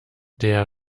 der